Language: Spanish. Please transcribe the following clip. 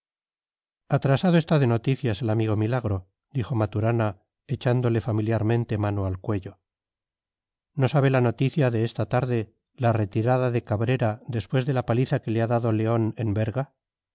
atrasado está de noticias el amigo milagro dijo maturana echándole familiarmente mano al cuello no sabe la noticia de esta tarde la retirada de cabrera después de la paliza que le ha dado león en berga